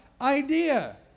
idea